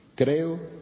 Creo